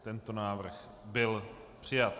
Tento návrh byl přijat.